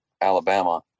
Alabama